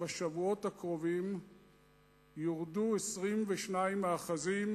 שבשבועות הקרובים יורדו 22 מאחזים,